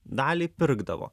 dalį pirkdavo